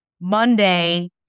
Monday